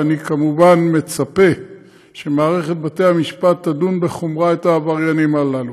ואני כמובן מצפה שמערכת בתי המשפט תדון בחומרה את העבריינים הללו.